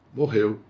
morreu